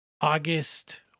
august